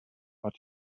but